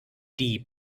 die